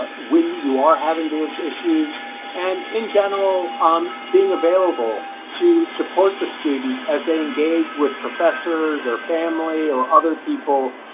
when you are having these issues and in general um being available to support the students as they engage with professors or family or other people?